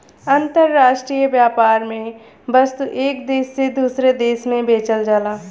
अंतराष्ट्रीय व्यापार में वस्तु एक देश से दूसरे देश में बेचल जाला